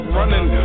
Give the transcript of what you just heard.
running